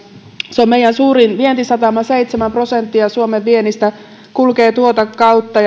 on meidän suurin vientisatamamme seitsemän prosenttia suomen viennistä kulkee tuota kautta